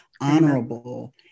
honorable